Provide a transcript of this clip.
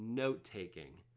note taking,